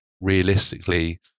realistically